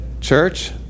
church